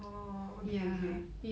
orh okay okay